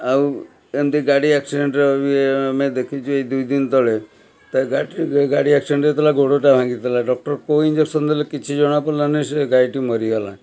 ଆଉ ଏମତି ଗାଡ଼ି ଆକ୍ସିଡେଣ୍ଟର ବି ଆମେ ଦେଖିଛୁ ଏଇ ଦୁଇଦିନ ତଳେ ତା' ଗାଡ଼ିରୁ ଏ ଗାଡ଼ି ଆକ୍ସିଡେଣ୍ଟ ହେଇଥିଲା ଗୋଡ଼ଟା ଭାଙ୍ଗିଥିଲା ଡ଼କ୍ଟର କେଉଁ ଇଞ୍ଜେକ୍ସନ୍ ଦେଲେ କିଛି ଜଣାପଡ଼ିଲାନି ସେ ଗାଈଟି ମରିଗଲା